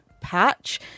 patch